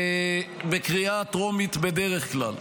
בקריאה טרומית בדרך כלל.